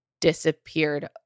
disappeared